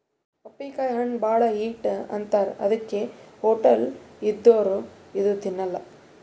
ಪಪ್ಪಿಕಾಯಿ ಹಣ್ಣ್ ಭಾಳ್ ಹೀಟ್ ಅಂತಾರ್ ಅದಕ್ಕೆ ಹೊಟ್ಟಲ್ ಇದ್ದೋರ್ ಇದು ತಿನ್ನಲ್ಲಾ